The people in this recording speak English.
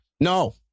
No